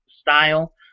style